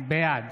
בעד